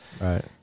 Right